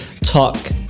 talk